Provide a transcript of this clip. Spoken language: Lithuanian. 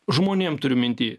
žmonėm turiu minty